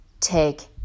take